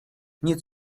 nic